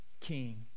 king